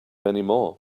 anymore